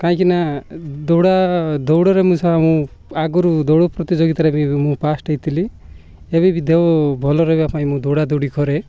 କାହିଁକିନା ଦୌଡ଼ା ଦୌଡ଼ରେ ମୁଁ ଆଗରୁ ଦୌଡ଼ ପ୍ରତିଯୋଗିତାରେ ବି ମୁଁ ଫାଷ୍ଟ ହେଇଥିଲି ଏବେ ବି ଦେହ ଭଲ ରହିବା ପାଇଁ ମୁଁ ଦୌଡ଼ା ଦୌଡ଼ି କରେ